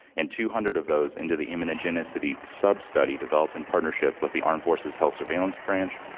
and two hundred of those into the immunogenicity sub-study developed in partnership with the armed forces health surveillance branch,